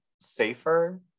safer